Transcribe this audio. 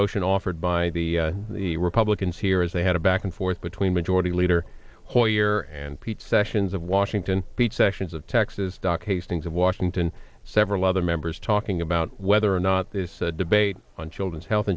motion offered by the the republicans here as they had a back and forth between majority leader hoyer and pete sessions of washington pete sessions of texas doc hastings of washington several other members talking about whether or not this debate on children's health